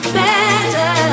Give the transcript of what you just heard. better